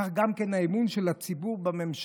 כך גם כן האמון של הציבור בממשלה.